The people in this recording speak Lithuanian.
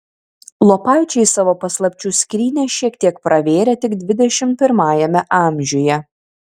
lopaičiai savo paslapčių skrynią šiek tiek pravėrė tik dvidešimt pirmajame amžiuje